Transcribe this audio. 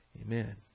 Amen